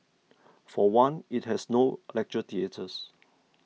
for one it has no lecture theatres